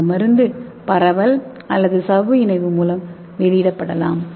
அந்த மருந்து பரவல் அல்லது சவ்வு இணைவு மூலம் வெளியிடப்படலாம்